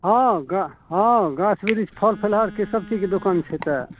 हँ गा हँ गाछ बिरिछ फल फलहारके सबचीजके दोकान छै तऽ